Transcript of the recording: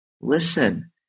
listen